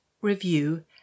review